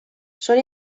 són